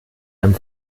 einem